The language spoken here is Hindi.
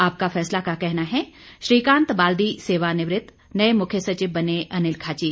आपका फैसला का कहना है श्रीकांत बाल्दी सेवानिवृत नए मुख्य सचिव बने अनिल खाची